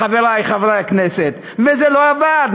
חברי חברי הכנסת, וזה לא עבד.